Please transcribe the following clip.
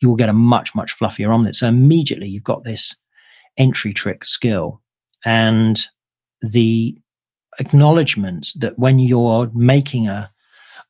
you will get a much, much fluffier omelet. so immediately you've got this entry trick skill and the acknowledgement that when you're making ah